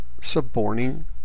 suborning